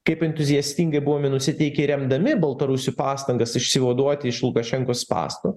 kaip entuziastingai buvome nusiteikę remdami baltarusių pastangas išsivaduoti iš lukašenkos spąstų